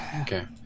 Okay